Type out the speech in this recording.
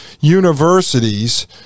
universities